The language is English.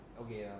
okay